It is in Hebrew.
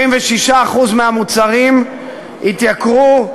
76% מהמוצרים התייקרו,